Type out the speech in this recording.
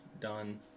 done